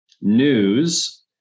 news